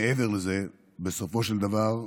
מעבר לזה, בסופו של דבר,